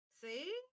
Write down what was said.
see